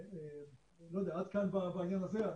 עד כאן בעניין הזה.